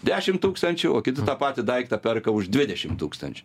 dešim tūkstančių o kiti tą patį daiktą perka už dvidešim tūkstančių